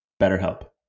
BetterHelp